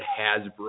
hasbro